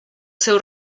seu